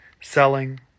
selling